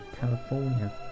California